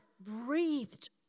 breathed